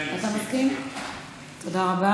כן, מסכים.